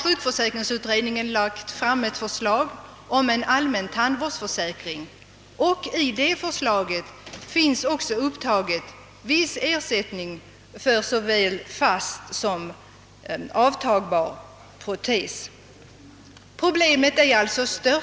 Sjukförsäkringsutredningen har också lagt fram förslag om all män tandvårdsförsäkring. I det förslaget finns också upptaget viss ersättning för såväl fast som avtagbar protes.